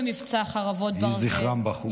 יהי זכרם ברוך.